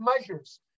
measures